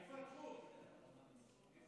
יפתחו אותם.